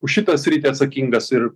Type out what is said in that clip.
už šitą sritį atsakingas ir